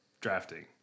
drafting